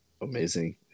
amazing